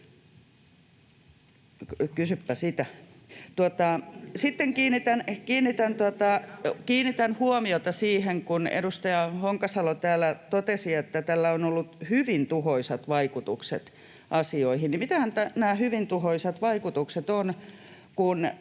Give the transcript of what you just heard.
Sitten kiinnitän huomiota siihen, kun edustaja Honkasalo täällä totesi, että tällä on ollut hyvin tuhoisat vaikutukset asioihin. Mitähän nämä hyvin tuhoisat vaikutukset ovat,